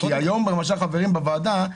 כי היום למשל חברים בוועדה,